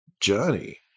journey